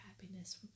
happiness